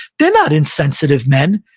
they're not insensitive men.